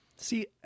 See